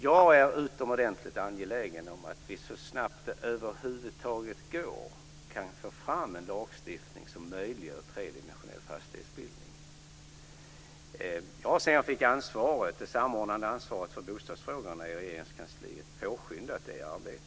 Jag är utomordentligt angelägen om att vi så snabbt det över huvud taget går kan få fram en lagstiftning som möjliggör tredimensionell fastighetsbildning. Jag har sedan jag fick det samordnande ansvaret för bostadsfrågorna i Regeringskansliet påskyndat det arbetet.